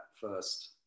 first